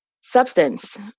substance